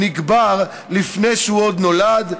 נקבר לפני שהוא עוד נולד,